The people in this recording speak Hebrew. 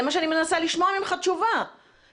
אני מנסה לשמוע ממך תשובה לשאלה הזאת.